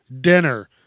dinner